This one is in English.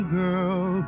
girl